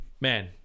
man